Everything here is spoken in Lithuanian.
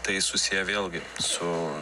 tai susiję vėlgi su